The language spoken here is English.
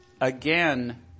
again